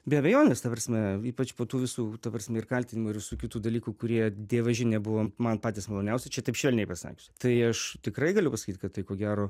be abejonės ta prasme ypač po tų visų ta prasme ir kaltinimų ir su kitų dalykų kurie dievaži nebuvo man patys maloniausi čia taip švelniai pasakius tai aš tikrai galiu pasakyt kad tai ko gero